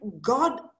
god